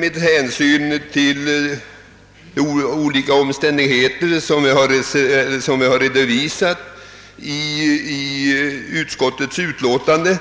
Med hänsyn till de olika omständigheter som redovisats i utskottsutlåtandet